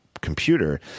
computer